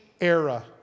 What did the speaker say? era